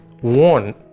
one